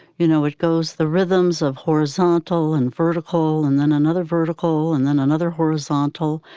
you know, it goes the rhythms of horizontal and vertical and then another vertical and then another horizontal.